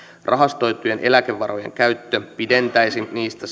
rahastoitujen eläkevarojen käyttö pienentäisi niistä